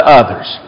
others